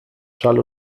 schall